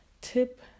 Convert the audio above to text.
Tip